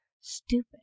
stupid